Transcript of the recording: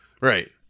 Right